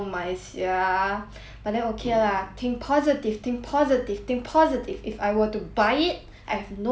but then okay lah think positive think positive think positive if I were to buy it I have no chance to showcase it